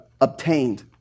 obtained